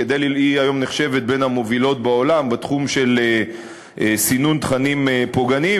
היא היום נחשבת בין המובילות בעולם בתחום של סינון תכנים פוגעניים,